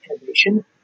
innovation